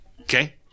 Okay